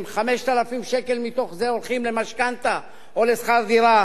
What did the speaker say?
אם 5,000 שקל מתוך זה הולכים למשכנתה או לשכר דירה,